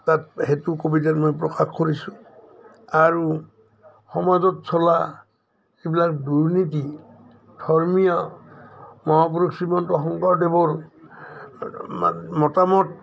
তাত সেইটো কবিতাত মই প্ৰকাশ কৰিছোঁ আৰু সমাজত চলা এইবিলাক দুৰ্নীতি ধৰ্মীয় মহাপুৰুষ শ্ৰীমন্ত শংকৰদেৱৰ মতামত